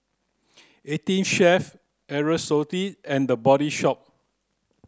EighteenChef Aerosoles and The Body Shop